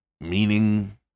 meaning